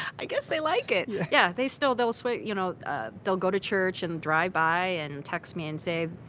i guess they like it. yeah, they still they'll so you know ah they'll go to church and drive by and text me and say,